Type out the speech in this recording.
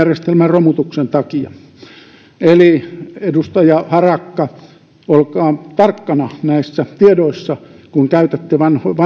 romutuksen takia eli edustaja harakka olkaa tarkkana näissä tiedoissa kun käytätte